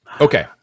Okay